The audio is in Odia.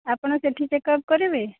ଆପଣ ସେଠି ଚେକଅପ୍ କରିବେ